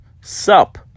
Sup